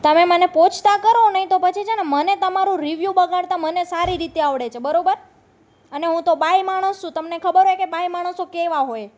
તમે મને પહોંચતા કરો નહીં તો પછી છેને મને તમારું રિવ્યૂ બગાડતા મને સારી રીતે આવડે છે બરોબર અને હું તો બાઈ માણસ છું તમને ખબર હોય કે બાઈ માણસો કેવા હોય